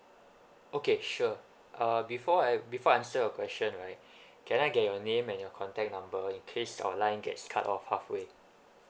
okay sure uh before I before I answer your question right can I get your name and your contact number in case our line gets cut off halfway